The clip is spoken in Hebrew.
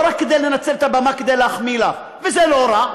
לא רק לנצל את הבמה כדי להחמיא לך, וזה לא רע,